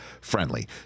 friendly